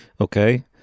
Okay